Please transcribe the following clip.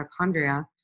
mitochondria